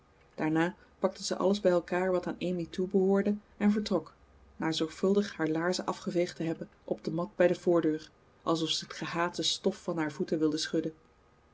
daarna pakte ze alles bij elkaar wat aan amy toebehoorde en vertrok na zorgvuldig haar laarzen afgeveegd te hebben op de mat bij de voordeur alsof ze het gehate stof van haar voeten wilde schudden